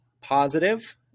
positive